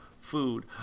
food